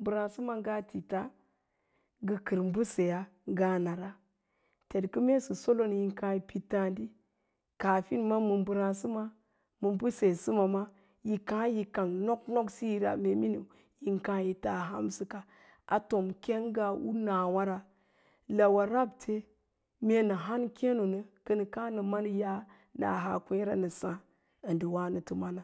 mbəráásəma ngaa ti ta, ngə kər mbəseyaa ngaa nara, tetkə mee sə solon yin káá yi piɗ tááɗi kaafin ma mbəráásə ma ma mbəseyaa səma yi káá yi kang nok nok siyora mee yin káá yi taa hansəka, a tom. keng ngaa u nawara, awo rabte me han kéenoŋ, kənə káá nə ma ya'a na haa kwééa nə sáá, ə ndə wáánəto maana,